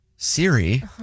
Siri